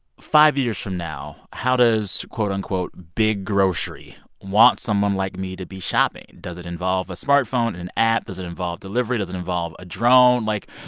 five years from now, how does, quote, unquote, big grocery want someone like me to be shopping? does it involve a smartphone? an app? does it involve delivery? does it involve a drone? like,